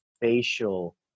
facial